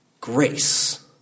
grace